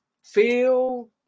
feel